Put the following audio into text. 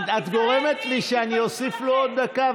תתביישו לכם.